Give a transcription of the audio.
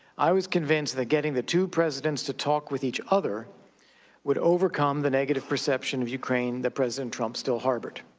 i was convinced that getting the two presidents to talk with each other would overcome the negative reception of ukraine that president trump still harbored.